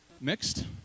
mixed